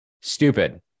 Stupid